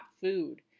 food